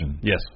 Yes